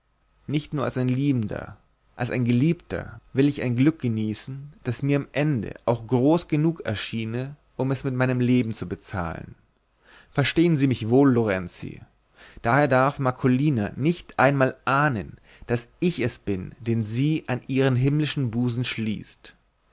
nicht nur als ein liebender als ein geliebter will ich ein glück genießen das mir am ende auch groß genug erschiene um es mit meinem leben zu bezahlen verstehen sie mich wohl lorenzi daher darf marcolina nicht einmal ahnen daß ich es bin den sie an ihren himmlischen busen schließt